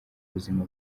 buzima